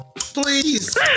Please